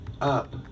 Up